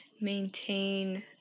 maintain